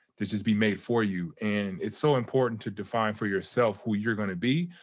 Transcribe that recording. that just be made for you, and it's so important to define for yourself who you're gonna be.